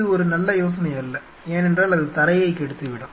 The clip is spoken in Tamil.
இது ஒரு நல்ல யோசனையல்ல ஏனென்றால் அது தரையை கெடுத்துவிடும்